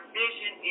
vision